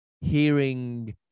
hearing